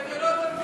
זה גם לא, זה רק,